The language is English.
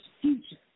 Future